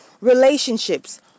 relationships